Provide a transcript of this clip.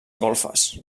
golfes